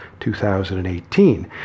2018